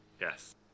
Yes